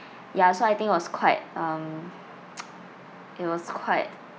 ya so I think it was quite um it was quite